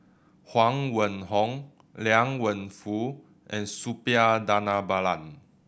Huang Wenhong Liang Wenfu and Suppiah Dhanabalan